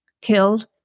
killed